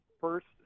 first